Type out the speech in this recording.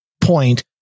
point